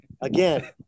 again